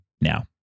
now